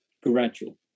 gradual